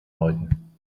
läuten